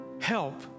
Help